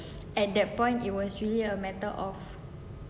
at that point it was really a matter of